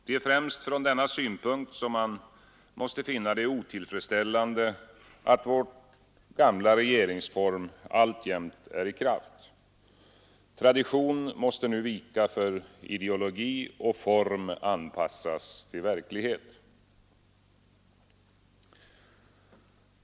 Det är främst från denna synpunkt som man måste finna det otillfredsställande, att vår gamla regeringsform alltjämt är i kraft. Tradition måste nu vika för ideologi, och form anpassas till verklighet.